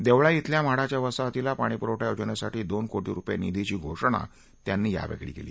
देवळाई खिल्या म्हाडाच्या वसाहतीला पाणी पुरवठा योजनेसाठी दोन कोशी रुपये निधीची घोषणा त्यांनी यावेळी केली